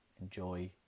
enjoy